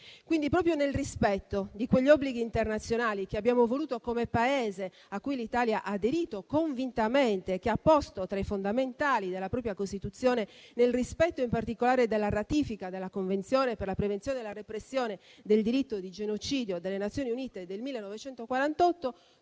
Quindi, proprio nel rispetto di quegli obblighi internazionali che abbiamo voluto come Paese, cui l'Italia ha aderito convintamente e che ha posto tra i fondamentali della propria Costituzione, nel rispetto in particolare della ratifica della Convenzione per la prevenzione e la repressione del delitto di genocidio delle Nazioni Unite del 1948,